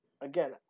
again